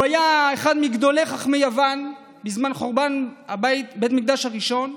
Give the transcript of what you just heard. הוא היה מגדולי חכמי יוון בזמן חורבן בית המקדש הראשון.